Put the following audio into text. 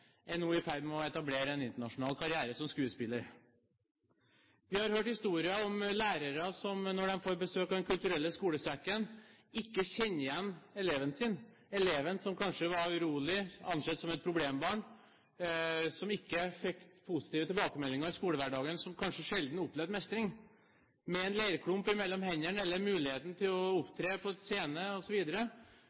er nå i ferd med å etablere en internasjonal karriere som skuespiller. Vi har hørt historier om lærere som, når de får besøk i forbindelse med Den kulturelle skolesekken, ikke kjenner igjen eleven sin – eleven som kanskje var urolig, ansett som et problembarn, som ikke fikk positive tilbakemeldinger i skolehverdagen, og som kanskje sjelden opplevde mestring, men som med en leirklump mellom hendene, eller muligheten til å opptre på en scene